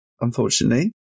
unfortunately